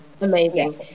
amazing